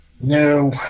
No